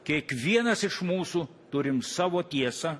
kiekvienas iš mūsų turim savo tiesą